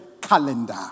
calendar